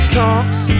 talks